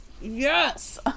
Yes